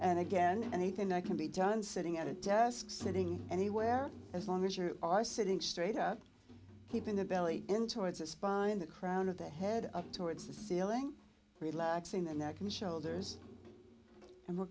and again and anything that can be done sitting at a desk sitting anywhere as long as you are sitting straight up keeping the belly in towards a spine the crown of the head up towards the ceiling relaxing the neck and shoulders and we're